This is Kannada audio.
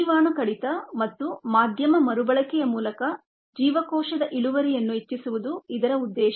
ಜೀವಾಣು ಟಾಕ್ಸಿನ್ ಕಡಿತ ಮತ್ತು ಮಾಧ್ಯಮ ಮರುಬಳಕೆಯ ಮೂಲಕ ಜೀವಕೋಶದ ಇಳುವರಿಯನ್ನು ಹೆಚ್ಚಿಸುವುದು ಇದರ ಉದ್ದೇಶ